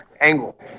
angle